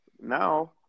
now –